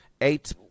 eight